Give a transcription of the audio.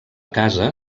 casa